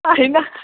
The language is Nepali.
होइन